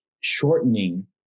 shortening